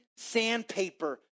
sandpaper